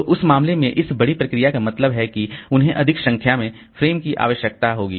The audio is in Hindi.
तो उस मामले में इस बड़ी प्रोसेस का मतलब है कि उन्हें अधिक संख्या में फ्रेम की आवश्यकता होगी